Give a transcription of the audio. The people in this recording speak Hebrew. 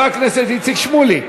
חבר הכנסת איציק שמולי,